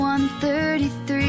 133